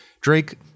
Drake